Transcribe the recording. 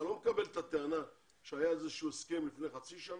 אני לא מקבל את הטענה שהיה איזה שהוא הסכם לפני חצי שנה,